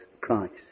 Christ